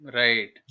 right